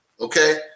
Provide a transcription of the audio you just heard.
Okay